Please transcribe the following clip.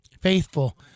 Faithful